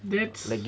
that's